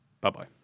bye-bye